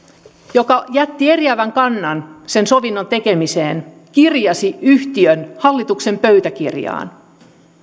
joka jätti eriävän kannan sen sovinnon tekemiseen kirjasi yhtiön hallituksen pöytäkirjaan